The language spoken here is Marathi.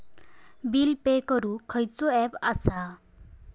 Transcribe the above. बिल पे करूक खैचो ऍप असा?